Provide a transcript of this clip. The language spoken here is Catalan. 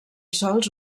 sols